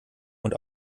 und